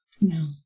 No